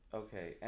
okay